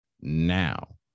Now